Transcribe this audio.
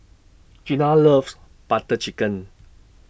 Gina loves Butter Chicken